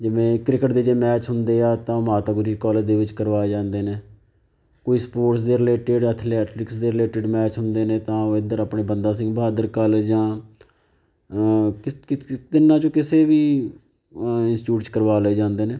ਜਿਵੇਂ ਕ੍ਰਿਕਟ ਦੇ ਜੇ ਮੈਚ ਹੁੰਦੇ ਆ ਤਾਂ ਮਾਤਾ ਗੁਜਰੀ ਕੋਲਜ ਦੇ ਵਿੱਚ ਕਰਵਾਏ ਜਾਂਦੇ ਨੇ ਕੋਈ ਸਪੋਰਟਸ ਦੇ ਰਿਲੇਟਡ ਐਥਲੈਟਿਕਸ ਦੇ ਰਿਲੇਟਡ ਮੈਚ ਹੁੰਦੇ ਨੇ ਤਾਂ ਉਹ ਇੱਧਰ ਆਪਣੇ ਬੰਦਾ ਸਿੰਘ ਬਹਾਦਰ ਕੋਲਜ ਜਾਂ ਤਿੰਨਾਂ 'ਚੋਂ ਕਿਸੇ ਵੀ ਇੰਸਟੀਟਿਊਟ 'ਚ ਕਰਵਾ ਲਏ ਜਾਂਦੇ ਨੇ